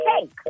cake